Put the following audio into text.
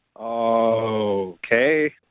Okay